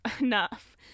enough